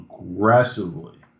aggressively